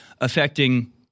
affecting